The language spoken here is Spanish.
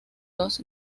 dos